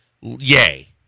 yay